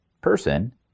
person